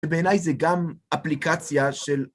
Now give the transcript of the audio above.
ובעיניי זה גם אפליקציה של...